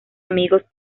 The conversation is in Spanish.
amigos